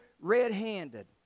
red-handed